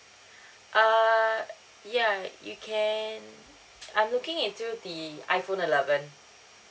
err ya you can I'm looking into the iphone eleven